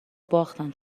باختن